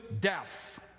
death